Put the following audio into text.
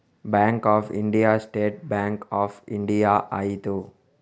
bank of India State Bank of India ಆಯಿತು